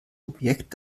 objekt